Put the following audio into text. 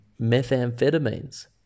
methamphetamines